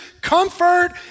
comfort